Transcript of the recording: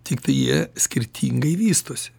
tiktai jie skirtingai vystosi